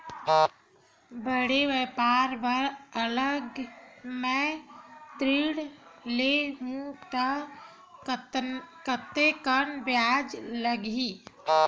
बड़े व्यापार बर अगर मैं ऋण ले हू त कतेकन ब्याज लगही?